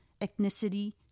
ethnicity